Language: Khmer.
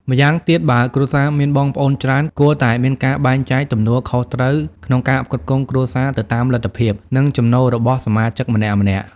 ម្យ៉ាងទៀត បើគ្រួសារមានបងប្អូនច្រើន គួរតែមានការបែងចែកទំនួលខុសត្រូវក្នុងការផ្គត់ផ្គង់គ្រួសារទៅតាមលទ្ធភាព និងចំណូលរបស់សមាជិកម្នាក់ៗ។